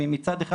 מצד אחד,